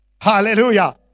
Hallelujah